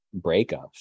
breakups